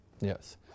Yes